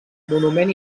monument